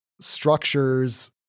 structures